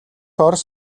орос